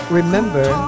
remember